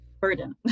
Burden